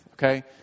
Okay